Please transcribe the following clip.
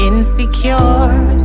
Insecure